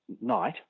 night